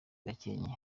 gakenke